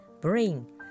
Bring